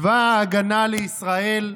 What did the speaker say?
צבא ההגנה לישראל,